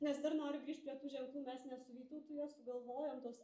nes dar noriu grįšt prie tų ženklų mes ne su vytautu juos sugalvojom tuos